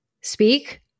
speak